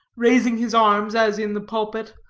raising his arms as in the pulpit,